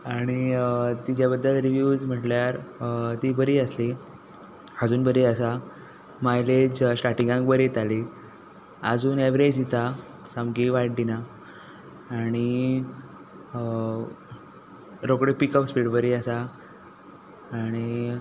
आनी तिज्या बद्दल रिविव्ज म्हटल्यार ती बरी आसली आजून बरी आसा मायलेज स्टाटिंगांक बरी दिताली आजून एवरेज दिता सामकी वायट दिना आनी रोकडी पिकअप स्पीड बरी आसा आनी पुरो